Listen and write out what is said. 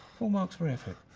ifull marks for effort.